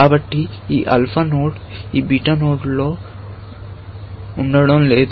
కాబట్టి ఈ alpha node ఈ బీటా నోడ్లో ఉండడం లేదు